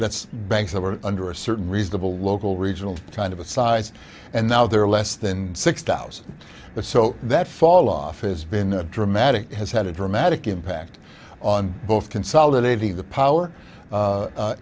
that's banks that were under a certain reasonable local regional kind of a size and now they're less than six thousand the so that falloff has been a dramatic has had a dramatic impact on both consolidating the power